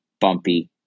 bumpy